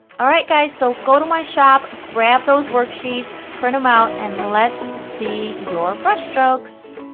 alright guys so go to my shop grab those worksheets, print them out and let's see your brush strokes.